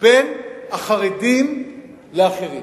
בין החרדים לאחרים,